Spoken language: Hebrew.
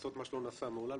לעשות מה שלא נעשה מעולם,